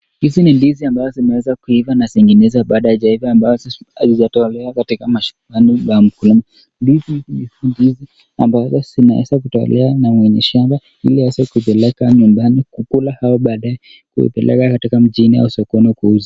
Hizi ni ndizi ambayo zimeeza kuiva na zinginezo bado hazijaiva ambayo hazijatolewa katika shambani la mkulima ndizi hii ni ndizi ambayo zinaweza kutolewa na mwenye shamba ili aweze kupeleka nyumbani kukula au baadaye kuipeleka katika mjini au sokoni kuuza.